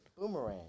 boomerang